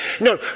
No